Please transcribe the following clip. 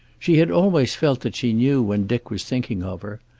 she had always felt that she knew when dick was thinking of her.